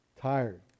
Tired